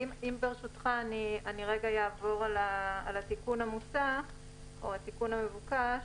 אני רגע אעבור על התיקון המבוקש,